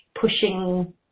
pushing